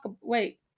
Wait